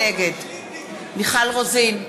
נגד מיכל רוזין,